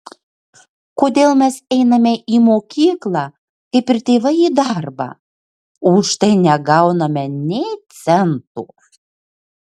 kodėl mes einame į mokyklą kaip ir tėvai į darbą o už tai negauname nė cento